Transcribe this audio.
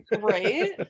Right